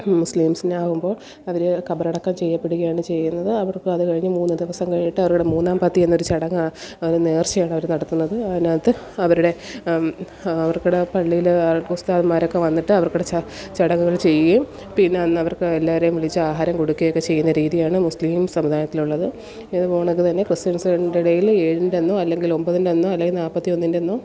മുസ്ലീംസിനാവുമ്പോള് അവര് ഖബറടക്കം ചെയ്യപ്പെടുകയാണ് ചെയ്യുന്നത് അവർക്ക് അത് കഴിഞ്ഞ് മൂന്ന് ദിവസം കഴിഞ്ഞിട്ട് അവരുടെ മൂന്നാം പത്തി എന്ന അവരുടെ ചടങ്ങാ അത് നേർച്ചയുണ്ട് അവര് നടത്തുന്നത് അതിനകത്ത് അവരുടെ അവർക്ക്ടെ പള്ളിയില് ഉസ്താദന്മാരൊക്കെ വന്നിട്ട് അവർക്കുടെ ച ചടങ്ങ് ചെയ്യുകയും പിന്നെ അന്നവർക്ക് എല്ലാവരെയും വിളിച്ച് ആഹാരം കൊടുക്കുകയൊക്കെ ചെയ്യുന്ന രീതിയാണ് മുസ്ലിം സമുദായത്തിലുള്ളത് ഇതുപോലണക്ക് തന്നെ ക്രിസ്ത്യൻസിൻ്റെ ഇടയിൽ ഏഴിൻ്റെ അന്നോ ഒമ്പതിൻ്റെ അന്നോ നാല്പ്പത്തി ഒന്നിൻ്റെ അന്നോ